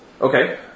Okay